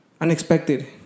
Unexpected